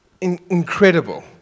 incredible